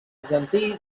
argentí